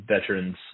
veterans